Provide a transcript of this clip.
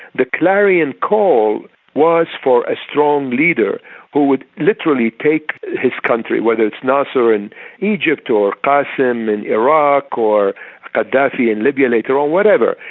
the clarion call was for a strong leader who would literally take his country whether it's nasser in egypt, or karim qassim in iraq, or gaddafi in libya like or or whatever,